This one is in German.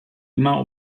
immer